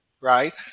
Right